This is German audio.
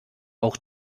auch